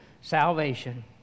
salvation